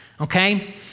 Okay